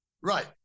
Right